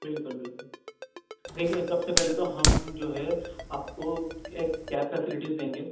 بالکل بالکل دیکھیے سب سے پہلے تو ہم جو ہے آپ کو ایک کیب فیسیلیٹیز دیں گے